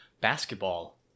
basketball